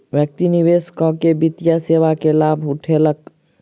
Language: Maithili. व्यक्ति निवेश कअ के वित्तीय सेवा के लाभ उठौलक